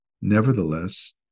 nevertheless